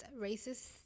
racist